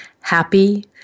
happy